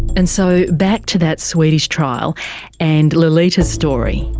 and so back to that swedish trial and lolita's story.